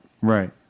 Right